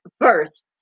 first